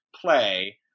play